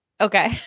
Okay